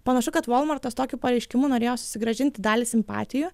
panašu kad volmartas tokiu pareiškimu norėjo susigrąžinti dalį simpatijų